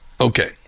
Okay